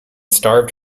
starved